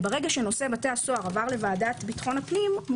שנושא בתי הסוהר עבר לוועדת ביטחון הפנים את